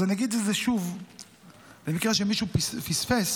אז אגיד את זה שוב למקרה שמישהו פספס: